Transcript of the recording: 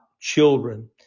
children